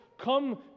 come